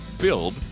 Build